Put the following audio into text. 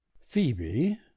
phoebe